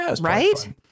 Right